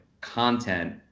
content